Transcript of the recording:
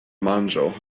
manĝo